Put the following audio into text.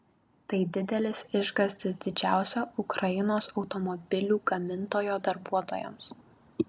tai didelis išgąstis didžiausio ukrainos automobilių gamintojo darbuotojams